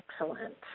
Excellent